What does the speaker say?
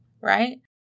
right